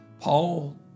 paul